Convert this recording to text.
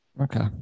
Okay